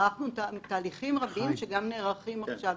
ערכנו תהליכים רבים שגם נערכים עכשיו.